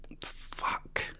fuck